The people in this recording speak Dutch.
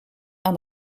aan